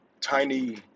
tiny